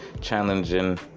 challenging